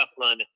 run